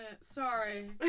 Sorry